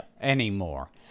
anymore